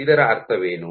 ಇದರ ಅರ್ಥವೇನು